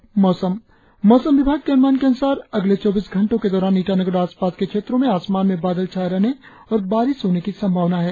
और अब मौसम मौसम विभाग के अनुमान के अनुसार अगले चौबीस घंटो के दौरान ईटानगर और आसपास के क्षेत्रो में आसमान में बादल छाये रहने और बारिश होने की संभावना है